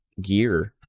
gear